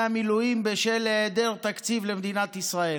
המילואים בשל היעדר תקציב למדינת ישראל.